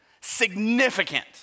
Significant